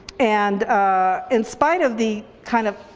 and in spite of the kind of